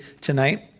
tonight